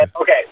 Okay